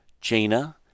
Gina